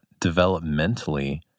developmentally